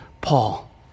Paul